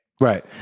Right